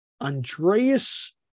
Andreas